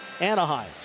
Anaheim